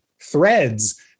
threads